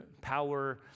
power